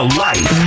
life